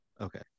Okay